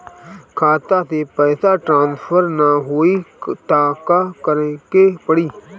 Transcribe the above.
खाता से पैसा ट्रासर्फर न होई त का करे के पड़ी?